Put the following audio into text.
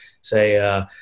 say